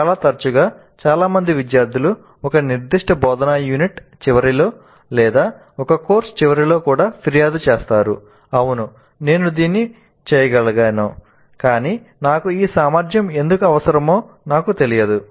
చాలా తరచుగా చాలా మంది విద్యార్థులు ఒక నిర్దిష్ట బోధనా యూనిట్ చివరిలో లేదా ఒక కోర్సు చివరిలో కూడా ఫిర్యాదు చేస్తారు 'అవును నేను దీన్ని చేయగలిగాను కానీ నాకు ఈ సామర్థ్యం ఎందుకు అవసరమో నాకు తెలియదు